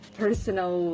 personal